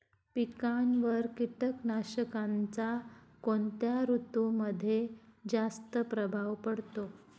पिकांवर कीटकनाशकांचा कोणत्या ऋतूमध्ये जास्त प्रभाव पडतो?